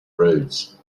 roads